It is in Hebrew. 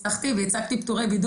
לא מחוסן מתחת לגיל 12 פטור מבידוד?